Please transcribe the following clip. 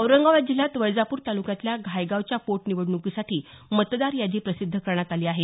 औरंगाबाद जिल्ह्यात वैजापूर तालुक्यातल्या घायगावच्या पोटनिवडणुकीसाठी मतदार यादी प्रसिद्ध करण्यात आली आहे